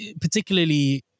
particularly